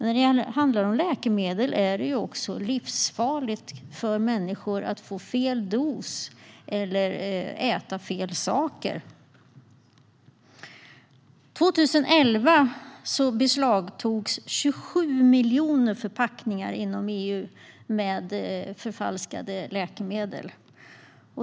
När det handlar om läkemedel är det också livsfarligt för människor att få fel dos eller äta fel saker. År 2011 beslagtogs 27 miljoner förpackningar inom EU med förfalskade läkemedel.